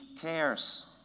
cares